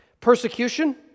persecution